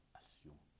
assume